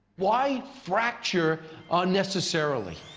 why fracture unnecessarily?